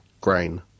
grain